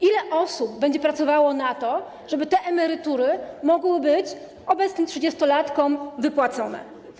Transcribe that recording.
Ile osób będzie pracowało na to, żeby te emerytury mogły być obecnym trzydziestolatkom wypłacone?